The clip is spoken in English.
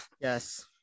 yes